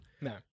No